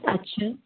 अच्छा